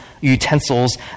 utensils